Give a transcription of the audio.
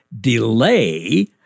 delay